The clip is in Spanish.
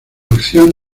acción